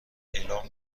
اعلام